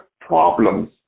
problems